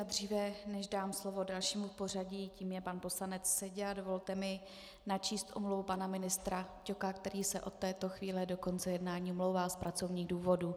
A dříve než dám slovo dalšímu v pořadí, tím je pan poslanec Seďa, dovolte mi načíst omluvu pana ministra Ťoka, který se od této chvíle do konce jednání omlouvá z pracovních důvodů.